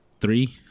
three